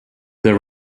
their